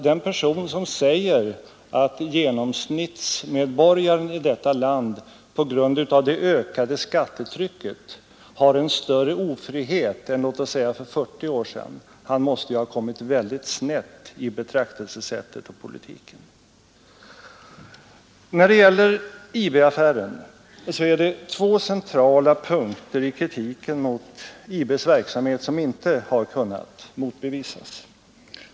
Den person som säger att genomsnittsmedborgaren i detta land på grund av det ökade skattetrycket har en större ofrihet än för låt oss säga 40 år sedan, han måste ju ha kommit väldigt snett i betraktelsesättet och politiken. Så till IB-affären. Det är två centrala punkter i kritiken mot IB:s verksamhet som inte har kunnat motbevisas.